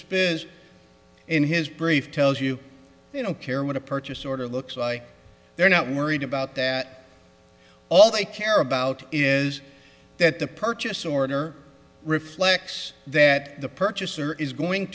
is in his brief tells you you know care what a purchase order looks like they're not worried about that all they care about is that the purchase order reflects that the purchaser is going